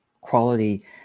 quality